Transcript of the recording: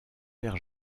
vers